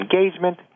engagement